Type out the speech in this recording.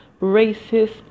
racist